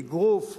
אגרוף,